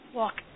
walk